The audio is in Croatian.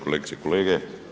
Kolegice i kolege.